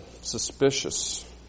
suspicious